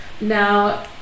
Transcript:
Now